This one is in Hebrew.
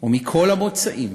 ומכל המוצאים,